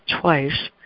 twice